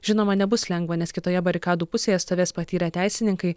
žinoma nebus lengva nes kitoje barikadų pusėje stovės patyrę teisininkai